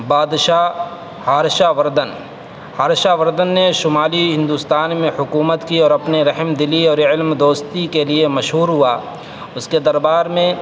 بادشاہ ہارشہ وردھن ہارشہ وردھن نے شمالی ہندوستان میں حکومت کی اور اپنے رحمدلی اور علم دوستی کے لیے مشہور ہوا اس کے دربار میں